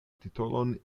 titolon